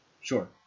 Sure